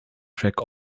track